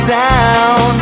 down